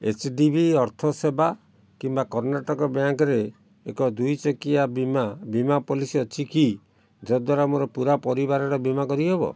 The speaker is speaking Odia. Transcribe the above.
ଏଚ୍ ଡି ବି ଅର୍ଥ ସେବା କିମ୍ବା କର୍ଣ୍ଣାଟକ ବ୍ୟାଙ୍କରେ ଏକ ଦୁଇଚକିଆ ବୀମା ବୀମା ପଲିସି ଅଛି କି ଯଦ୍ଵାରା ମୋର ପୂରା ପରିବାରର ବୀମା କରିହେବ